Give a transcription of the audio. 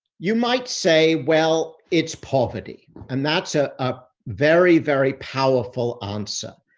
you might say, well, it's poverty. and that's a ah very, very powerful answer.